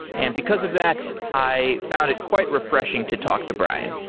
and because of that, i found it quite refreshing to talk to brian.